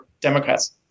Democrats